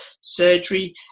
surgery